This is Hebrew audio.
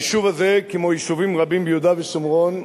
היישוב הזה, כמו יישובים רבים ביהודה ושומרון,